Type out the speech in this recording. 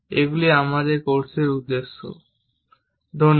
এগুলো আমাদের কোর্সের উদ্দেশ্য